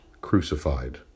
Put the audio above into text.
crucified